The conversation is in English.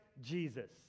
Jesus